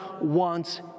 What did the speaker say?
wants